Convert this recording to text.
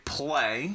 play